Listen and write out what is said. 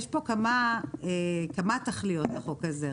יש כמה תכליות לחוק הזה.